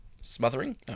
Smothering